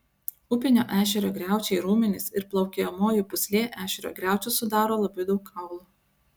upinio ešerio griaučiai raumenys ir plaukiojamoji pūslė ešerio griaučius sudaro labai daug kaulų